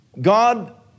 God